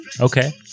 Okay